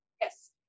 yes